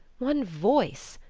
one voice,